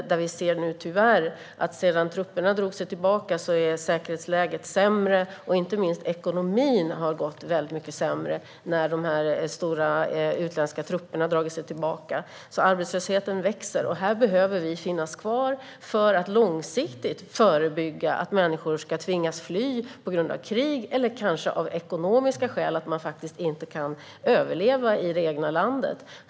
Tyvärr ser vi nu att säkerhetsläget är sämre sedan trupperna drog sig tillbaka. Och inte minst ekonomin har gått väldigt mycket sämre när de stora utländska trupperna har dragit sig tillbaka. Arbetslösheten växer. Här behöver vi finnas kvar för att långsiktigt förebygga att människor tvingas fly på grund av krig eller kanske av ekonomiska skäl, att de faktiskt inte kan överleva i det egna landet.